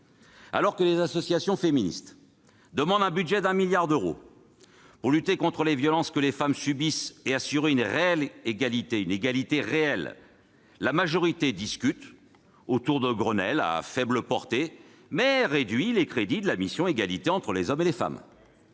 Alors que les associations féministes demandent un budget de 1 milliard d'euros pour lutter contre les violences que les femmes subissent et pour assurer une réelle égalité, la majorité discute autour d'un Grenelle à faible portée tout en réduisant les crédits du programme « Égalité entre les femmes et les hommes